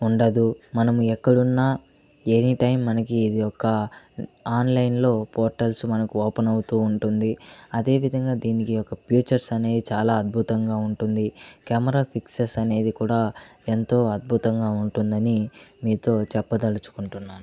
ఉండదు మనం ఎక్కడున్నా ఎనీ టైం మనకి ఇది ఒక్క ఆన్లైన్లో పోర్టల్స్ మనకు ఓపెన్ అవుతూ ఉంటుంది అదేవిధంగా దీనికి ఒక ఫీచర్స్ అనేవి చాలా అద్భుతంగా ఉంటుంది కెమెరా ఫిక్సెస్ అనేది కూడా ఎంతో అద్భుతంగా ఉంటుందని మీతో చెప్పదలుచుకుంటున్నాను